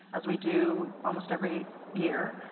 as we do almost every year,